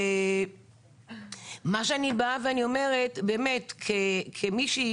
מה שאני באה ואומרת כמישהי,